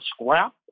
scrap